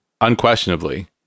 unquestionably